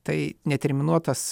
tai neterminuotas